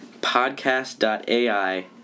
podcast.ai